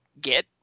get